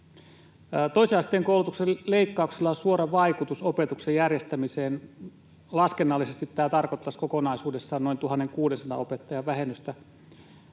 Toisen asteen koulutuksen leikkauksilla on suora vaikutus opetuksen järjestämiseen. Laskennallisesti tämä tarkoittaisi kokonaisuudessaan noin 1 600 opettajan vähennystä.